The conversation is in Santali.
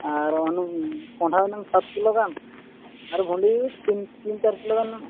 ᱟᱨ ᱦᱩᱱᱟᱹᱝ ᱠᱚᱸᱰᱷᱟ ᱦᱩᱱᱟᱹᱝ ᱥᱟᱛ ᱠᱤᱞᱳ ᱜᱟᱱ ᱟᱨ ᱵᱷᱚᱱᱰᱤ ᱛᱤᱱ ᱛᱤᱱ ᱪᱟᱨ ᱠᱤᱞᱳ ᱜᱟᱱ ᱦᱩᱱᱟᱹᱝ